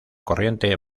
corriente